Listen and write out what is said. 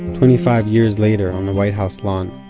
twenty-five years later, on the white house lawn